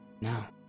Now